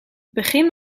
begin